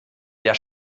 der